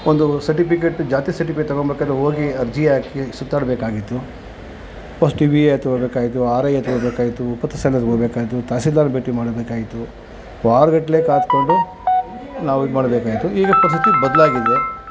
ಒಂದು ಸರ್ಟಿಫಿಕೇಟ್ ಜಾತಿ ಸರ್ಟಿಫಿಕೇಟ್ ತೊಗೊಂಬೇಕಾದ್ರೆ ಹೋಗಿ ಅರ್ಜಿ ಹಾಕಿ ಸುತ್ತಾಡಬೇಕಾಗಿತ್ತು ಫಸ್ಟು ವಿ ಎ ಹತ್ತಿರ ಹೋಗಬೇಕಾಗಿತ್ತು ಆರ್ ಐ ಹತ್ತಿರ ಹೋಗಬೇಕಾಗಿತ್ತು ಹೋಗಬೇಕಾಗಿತ್ತು ತಹಸೀಲ್ದಾರ್ ಭೇಟಿ ಮಾಡಬೇಕಾಗಿತ್ತು ವಾರಗಟ್ಲೆ ಕಾದುಕೊಂಡು ನಾವು ಇದು ಮಾಡಬೇಕಾಗಿತ್ತು ಈಗ ಪರಿಸ್ಥಿತಿ ಬದಲಾಗಿದೆ